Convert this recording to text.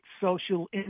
social